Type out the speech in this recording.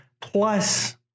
plus